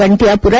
Gantyapura